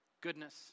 goodness